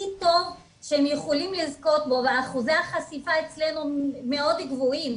הכי טוב שהם יכולים לזכות בו ואחוזי החשיפה אצלנו מאוד גבוהים,